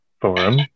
forum